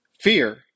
Fear